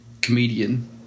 comedian